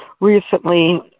recently